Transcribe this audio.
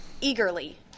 eagerly